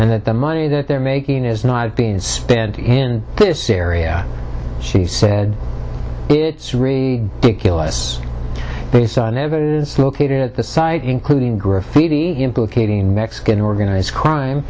and that the money that they're making is not being spent in this area she said it's really based on evidence located at the site including graffiti implicating mexican organized crime